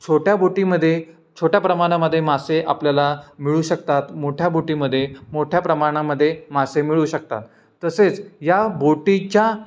छोट्या बोटीमध्ये छोट्या प्रमाणामध्ये मासे आपल्याला मिळू शकतात मोठ्या बोटीमध्ये मोठ्या प्रमाणामध्ये मासे मिळू शकतात तसेच या बोटीच्या